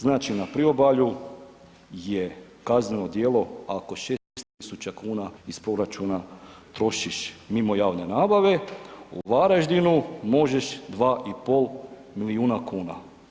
Znači na priobalju je kazneno djelo ako 600 000 kuna iz proračuna trošiš mimo javne nabave, u Varaždinu možeš 2,5 milijuna kuna.